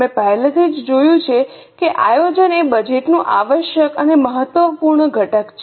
અમે પહેલેથી જ જોયું છે કે આયોજન એ બજેટ નું આવશ્યક અને મહત્વપૂર્ણ ઘટક છે